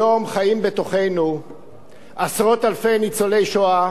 היום חיים בתוכנו עשרות אלפי ניצולי שואה